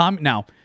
Now